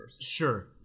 sure